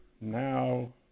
now